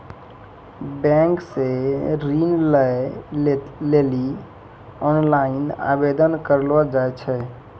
bank से ऋण लै लेली ओनलाइन आवेदन करलो जाय छै